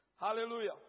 Hallelujah